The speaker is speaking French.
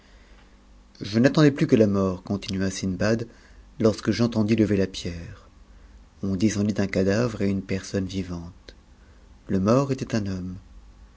je n'attendais plus que la mort continua sindbad lorsque j'enteudi lever la pierre on descendit un cadavre et une personne vivante le mort était un homme